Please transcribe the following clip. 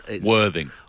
Worthing